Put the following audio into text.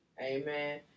amen